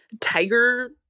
tiger